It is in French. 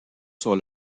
sur